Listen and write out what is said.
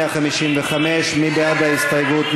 155. מי בעד ההסתייגות?